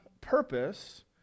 purpose